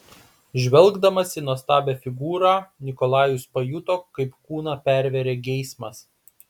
žvelgdamas į nuostabią figūrą nikolajus pajuto kaip kūną pervėrė geismas